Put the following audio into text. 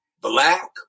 black